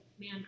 Man